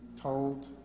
told